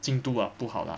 进度 ah 不好 lah